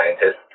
scientists